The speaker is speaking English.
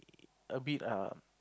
a bit err